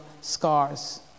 scars